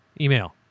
email